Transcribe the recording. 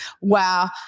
Wow